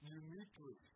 uniquely